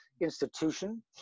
institution